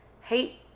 hate